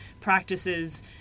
practices